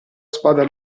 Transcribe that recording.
spada